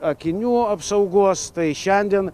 akinių apsaugos tai šiandien